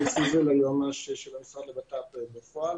היועץ המשפטי בפועל